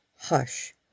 Hush